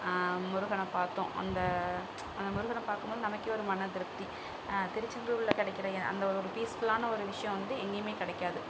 முருகனை பார்த்தோம் அந்த அந்த முருகனை பார்க்கும் போது நமக்கு ஒரு மன திருப்தி திருச்செந்தூரில் கிடைக்கிற அந்த ஒரு ஃபீஸ்ஃபுல்லான ஒரு விஷயம் வந்து எங்கேயுமே கிடைக்காது